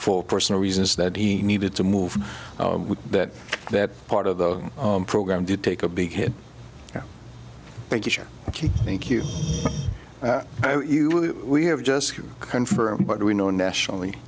for personal reasons that he needed to move that that part of the program did take a big hit thank you thank you we have just confirmed what we know nationally